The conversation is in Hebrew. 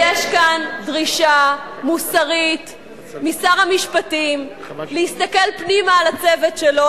יש כאן דרישה מוסרית משר המשפטים להסתכל פנימה על הצוות שלו,